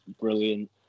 brilliant